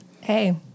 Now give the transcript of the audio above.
Hey